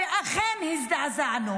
ואכן הזדעזענו,